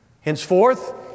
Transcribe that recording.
Henceforth